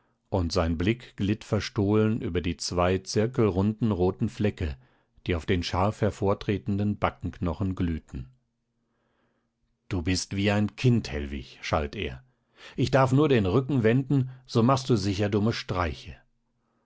und sein blick glitt verstohlen über die zwei zirkelrunden roten flecken die auf den scharf hervortretenden backenknochen glühten du bist wie ein kind hellwig schalt er ich darf nur den rücken wenden so machst du sicher dumme streiche